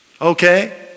Okay